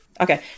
Okay